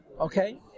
Okay